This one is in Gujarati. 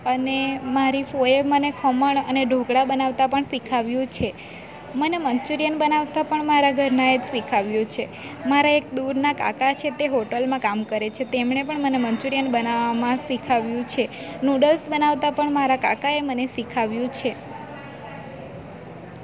અને મારી ફોઈએ મને ખમણ અને ઢોકળાં બનાવતા પણ શીખવ્યું છે મને મંચુરિયન બનાવતા પણ મારા ઘરના એ જ શીખવ્યું છે મારા એક દૂરના કાકા છે તે હોટેલમાં કામ કરે છે તેમને પણ મને મન્ચુરિયન બનાવામાં શીખવ્યું છે નુડલ્સ બનાવતા પણ મને મારા કાકાએ શીખવ્યું છે